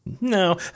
No